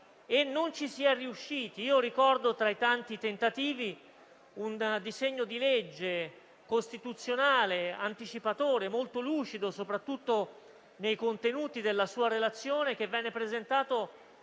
non ci si è riusciti. Ricordo, tra i tanti tentativi, un disegno di legge costituzionale, anticipatore e molto lucido soprattutto nei contenuti della sua relazione, presentato